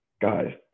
guys